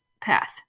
path